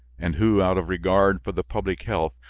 and who, out of regard for the public health,